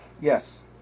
Yes